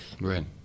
Right